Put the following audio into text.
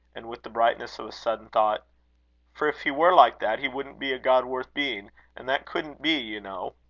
and with the brightness of a sudden thought for if he were like that, he wouldn't be a god worth being and that couldn't be, you know.